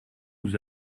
nous